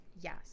Yes